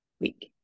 week